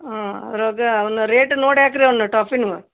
ಹಾಂ ಅದ್ರೊಳ್ಗೆ ಅವನ್ನು ರೇಟ್ ನೋಡಿ ಹಾಕ್ರಿ ಅವನ್ನ ಟಾಫಿನವು